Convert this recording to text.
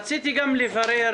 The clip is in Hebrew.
רציתי גם לברר,